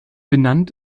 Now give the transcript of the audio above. benannt